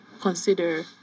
consider